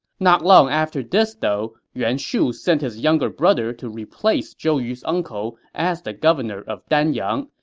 not long after this, though, yuan shu sent his younger brother to replace zhou yu's uncle as the governor of danyang,